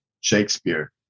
Shakespeare